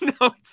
no